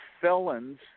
felons